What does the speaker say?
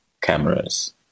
cameras